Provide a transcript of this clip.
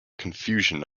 confusion